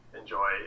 enjoy